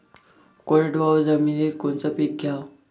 कोरडवाहू जमिनीत कोनचं पीक घ्याव?